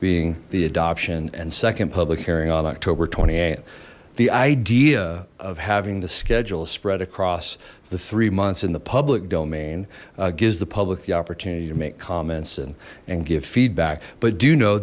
being the adoption and second public hearing on october th the idea of having the schedule spread across the three months in the public domain gives the public the opportunity to make comments and and give feedback but do know